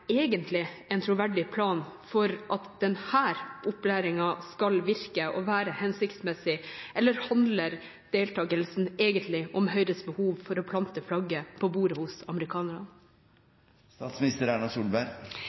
egentlig en troverdig plan for at denne opplæringen skal virke og være hensiktsmessig, eller handler deltakelsen egentlig om Høyres behov for å plante flagget på bordet hos